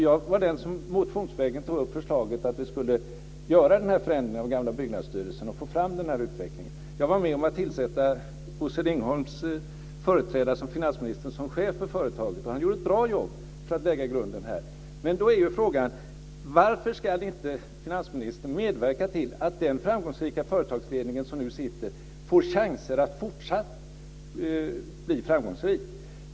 Jag var den som motionsvägen tog upp förslaget att vi skulle göra den här förändringen av gamla Byggnadsstyrelsen och få fram denna utveckling. Jag var med om att tillsätta Bosse Ringholms företrädare som finansminister som chef för företaget. Han gjorde ett bra jobb för att lägga grunden. Varför ska inte finansministern medverka till att den framgångsrika företagsledning som nu sitter får chansen att fortsatt bli framgångsrik?